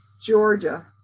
Georgia